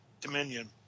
Dominion